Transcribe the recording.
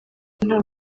nta